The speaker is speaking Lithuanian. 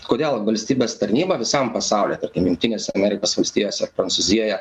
kodėl valstybės tarnyba visam pasaulyje tarkim jungtinėse amerikos valstijose prancūzijoje